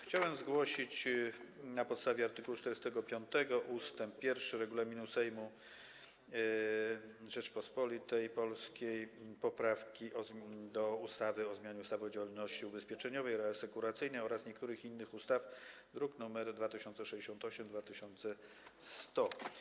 Chciałem zgłosić na podstawie art. 45 ust. 1 regulaminu Sejmu Rzeczypospolitej Polskiej poprawki do ustawy o zmianie ustawy o działalności ubezpieczeniowej i reasekuracyjnej oraz niektórych innych ustaw, druki nr 2068 i 2100.